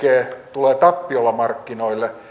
tulee tappiolla markkinoille